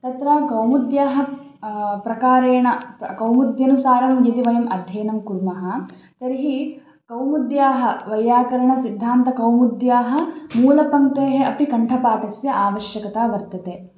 तत्र कौमुद्याः प्रकारेण क कौमुद्यनुसारं यदि वयम् अध्ययनं कुर्मः तर्हि कौमुद्याः वय्याकरणसिद्धान्तकौमुद्याः मूलपङ्क्तेः अपि कण्ठपाठस्य आवश्यकता वर्तते